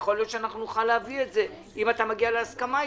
יכול להיות שנוכל להביא את זה אם אתה מגיע להסכמה אתם.